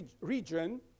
region